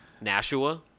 Nashua